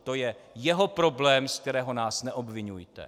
To je jeho problém, ze kterého nás neobviňujte.